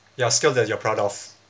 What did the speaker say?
ya skills that you are proud of